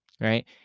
right